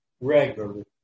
regularly